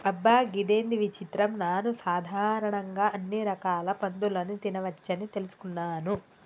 అబ్బ గిదేంది విచిత్రం నాను సాధారణంగా అన్ని రకాల పందులని తినవచ్చని తెలుసుకున్నాను